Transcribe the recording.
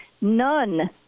none